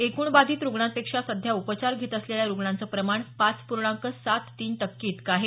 एकूण बाधित रुग्णांपेक्षा सध्या उपचार घेत असलेल्या रुग्णांचं प्रमाण पाच पूर्णांक सात तीन टक्के इतक आहे